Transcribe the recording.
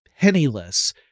penniless